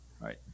right